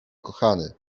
kochany